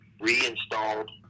reinstalled